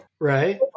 Right